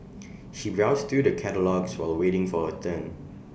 she browsed through the catalogues while waiting for her turn